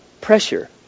Pressure